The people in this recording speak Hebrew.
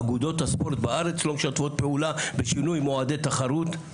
אגודות הספורט בארץ לא משתפות פעולה בשינוי מועדי תחרות,